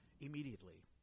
immediately